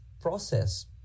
process